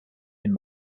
den